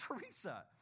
Teresa